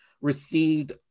received